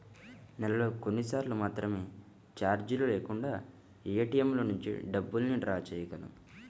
నెలలో కొన్నిసార్లు మాత్రమే చార్జీలు లేకుండా ఏటీఎంల నుంచి డబ్బుల్ని డ్రా చేయగలం